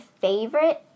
favorite